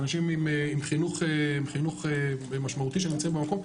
ואנשים עם חינוך דיי משמעותי שנמצאים במקום.